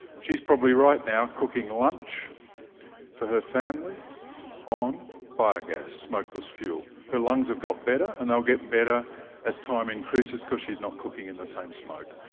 she's probably right now cooking lunch for her family on biogas, smokeless fuel. her lungs have got better, and they'll get better as time increases, because she's not cooking in the same smoke.